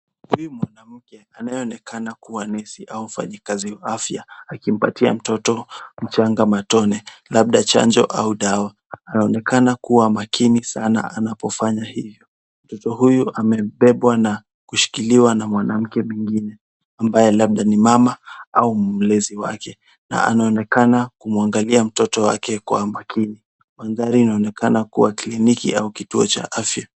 Huyu mwanamke anayeonekana kuwa nesi au mfanyikazi afya akimpatia mtoto mchanga matone labda chanjo au dawa. Anaonekana kuwa makini sana anapofanya hivyo. Mtoto huyu amebebwa na kushikiliwa na mwanamke mwingine ambaye labda ni mama au mlezi wake na anaonekana kumwangalia mtoto wake kwa makini. Mandhari inaonekana kuwa kliniki au kituo cha afya.